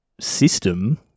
system